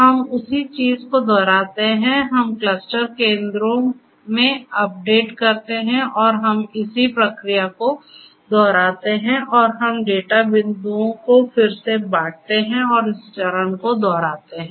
हम उसी चीज़ को दोहराते हैं हम क्लस्टर केंद्रों में अपडेट करते हैं और हम इसी प्रक्रिया को दोहराते हैं और हम डेटा बिंदुओं को फिर से बांटते हैं और इस चरण को दोहराते हैं